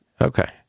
okay